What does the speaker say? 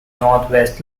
northwest